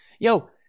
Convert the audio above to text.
Yo